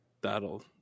that'll